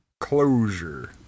Closure